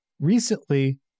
recently